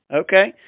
okay